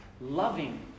loving